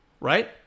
Right